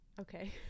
Okay